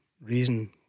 reason